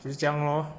就是这样咯